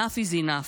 enough is enough.